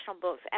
books